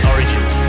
Origins